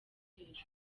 hejuru